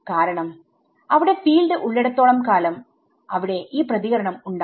കാരണം അവിടെ ഫീൽഡ് ഉള്ളിടത്തോളം കാലംഅവിടെ ഈ പ്രതികരണം ഉണ്ടാവും